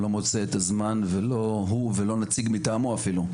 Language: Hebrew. לא מוצא את הזמן ולא הוא ולא נציג מטעמו אפילו,